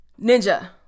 Ninja